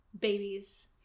babies